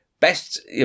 Best